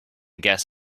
guess